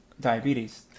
diabetes